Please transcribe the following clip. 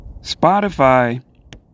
Spotify